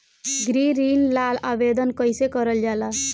गृह ऋण ला आवेदन कईसे करल जाला?